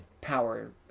power